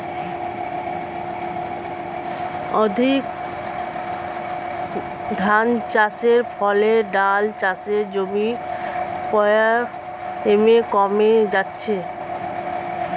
অধিক ধানচাষের ফলে ডাল চাষের জমি পর্যায়ক্রমে কমে যাচ্ছে